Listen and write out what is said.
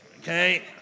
Okay